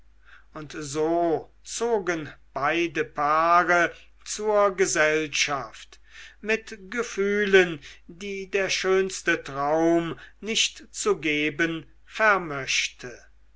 und so zogen beide paare zur gesellschaft mit gefühlen die der schönste traum nicht zu geben